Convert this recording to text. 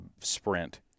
sprint